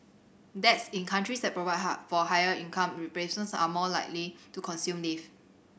dads in countries that provide high for higher income replacement are more likely to consume leave